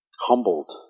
humbled